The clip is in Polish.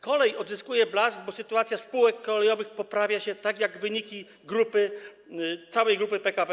Kolej odzyskuje blask, bo sytuacja spółek kolejowych poprawia się, tak jak wyniki całej Grupy PKP.